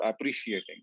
appreciating